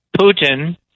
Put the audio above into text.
Putin